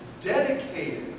dedicated